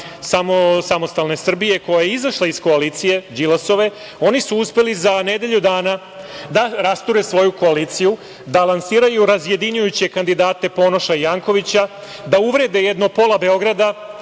samostalne Srbije koja je izašla iz koalicije Đilasove, oni su uspeli za nedelju dana da rasture svoju koaliciju, da lansiraju razjedinjujuće kandidate Ponoša i Jankovića, da uvrede jedno pola Beograda